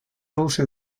also